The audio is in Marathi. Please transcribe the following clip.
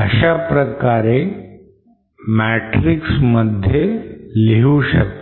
अशा प्रकारे matrix मध्ये लिहू शकतो